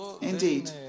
indeed